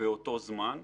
באותו זמן.